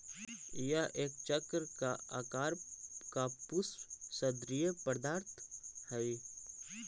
यह एक चक्र के आकार का पुष्प सदृश्य पदार्थ हई